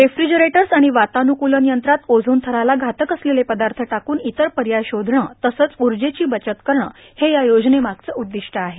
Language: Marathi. रेफ्रिजरेटर्स आणि वातानुकूलन यंत्रात ओझोन थराला घातक असलेले पदार्थ टाकून इतर पर्याय शोधणं तसंच ऊर्जेची बचत करणं हे या योजनेमागचं उद्दिष्ट आहे